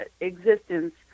existence